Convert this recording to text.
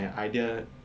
my idea